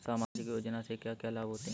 सामाजिक योजना से क्या क्या लाभ होते हैं?